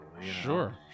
Sure